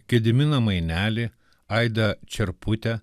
gediminą mainelį aidą čerputę